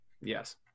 yes